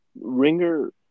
Ringer